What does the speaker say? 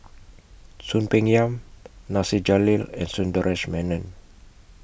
Soon Peng Yam Nasir Jalil and Sundaresh Menon